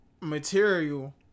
material